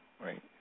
right